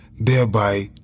thereby